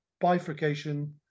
bifurcation